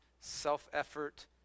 Self-effort